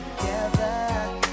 together